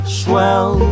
swell